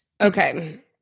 Okay